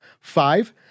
Five